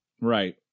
Right